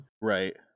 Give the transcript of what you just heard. right